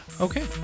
Okay